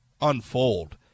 unfold